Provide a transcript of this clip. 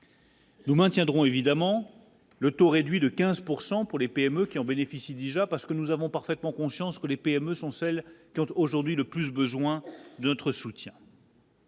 Nous maintiendrons évidemment le taux réduit de 15 pourcent pour les PME qui en bénéficient déjà, parce que nous avons parfaitement conscience que les PME sont celles qui ont aujourd'hui le plus besoin de notre soutien.